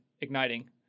igniting